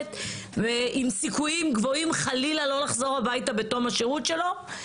ועם סיכויים גבוהים חלילה לא לחזור הביתה בתום השירות שלו.